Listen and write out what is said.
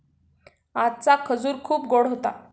आजचा खजूर खूप गोड होता